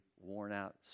worn-out